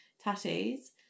tattoos